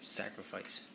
sacrifice